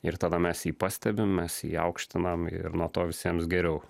ir tada mes jį pastebim mes jį aukštinam ir nuo to visiems geriau